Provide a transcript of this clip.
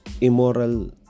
immoral